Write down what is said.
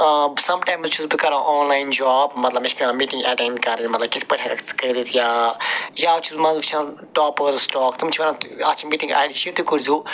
سَم times چھُس بہٕ کران آن لایِن جاب مطلب مےٚ چھِ پٮ۪وان مِٹِنٛگ اٮ۪ٹٮ۪نٛڈ کَرٕنۍ مطلب کِتھ پٲٹھۍ ہٮ۪کَکھ ژٕ کٔرِتھ یا یا چھُس منٛزٕ وٕچھان ٹاپٲرٕس ٹاک تِم چھِ وَنان اَتھ یہِ مِٹِنٛگ آے ڈی چھِ تُہۍ کٔرۍزیو